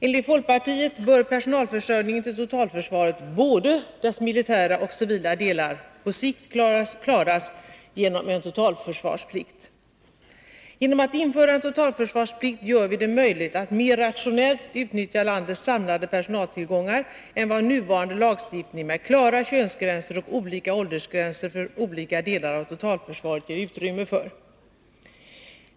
Enligt folkpartiet bör personalförsörjningen till totalförsvaret, både dess militära och dess civila delar, på sikt klaras genom en totalförsvarsplikt. Genom att införa en totalförsvarsplikt gör vi det möjligt att mer rationellt utnyttja landets samlade personaltillgångar än vad nuvarande lagstiftning med klara könsgränser och olika åldersgränser för olika delar av totalförsvaret ger utrymme för.